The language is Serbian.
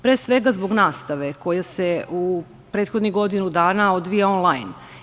Pre svega zbog nastave koja se u prethodnih godinu dana odvija onlajn.